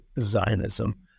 Zionism